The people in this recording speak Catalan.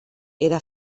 era